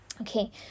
Okay